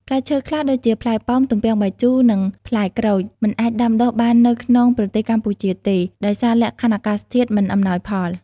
ផ្លែឈើខ្លះដូចជា ផ្លែប៉ោម ទំពាំងបាយជូរ និង ផ្លែក្រូច មិនអាចដាំដុះបាននៅក្នុងប្រទេសកម្ពុជាទេ ដោយសារលក្ខខណ្ឌអាកាសធាតុមិនអំណោយផល។